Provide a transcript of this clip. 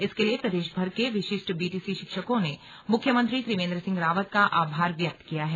इसके लिए प्रदेशभर के विशिष्ट बीटीसी शिक्षकों ने मुख्यमंत्री त्रिवेंद्र सिंह रावत का आभार व्यक्त किया है